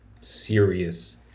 serious